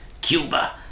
cuba